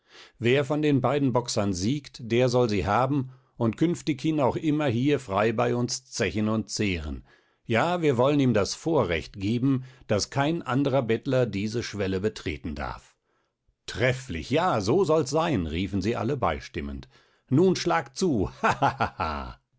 wer von den beiden boxern siegt der soll sie haben und künftighin auch immer hier frei bei uns zechen und zehren ja wir wollen ihm das vorrecht geben daß kein anderer bettler diese schwelle betreten darf trefflich ja so soll's sein riefen sie alle beistimmend nun schlagt zu